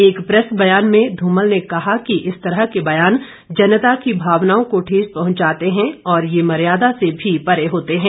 एक प्रेस ब्यान में धूमल ने कहा कि इस तरह के ब्यान जनता की भावनाओं को ठेस पहुंचाते हैं और ये मर्यादा से भी परे होते हैं